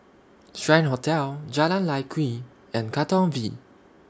Strand Hotel Jalan Lye Kwee and Katong V